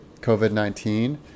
COVID-19